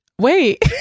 wait